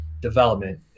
development